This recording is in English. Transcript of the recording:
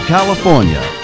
California